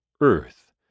Earth